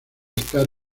estar